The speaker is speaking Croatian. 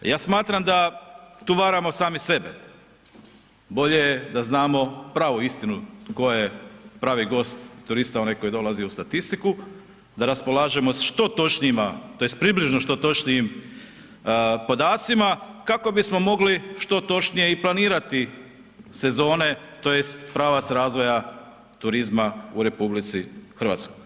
Ja smatram da tu varamo sami sebe, bolje da znamo pravu istinu tko je pravi gost turista onaj koji dolazi u statistiku, da raspolažemo što točnijima, tj. približno što točnijim podacima kako bismo mogli što točnije i planirati sezone, tj. pravac razvoja turizma u RH.